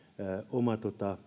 oma